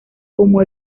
como